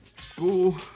school